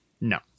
No